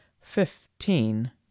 fifteen